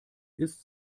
ist